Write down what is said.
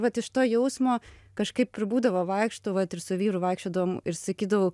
vat iš to jausmo kažkaip ir būdavo vaikštau vat ir su vyru vaikščiodavom ir sakydavau